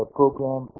program